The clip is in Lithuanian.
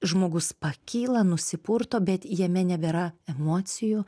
žmogus pakyla nusipurto bet jame nebėra emocijų